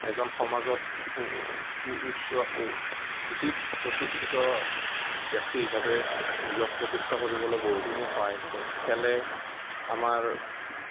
এজন সমাজত সুউচ্চ উচিত প্ৰতিষ্ঠিত ব্যক্তি হিচাপে নিজক প্ৰতিষ্ঠা কৰিবলৈ বহুখিনি সহায় কৰে খেলে আমাৰ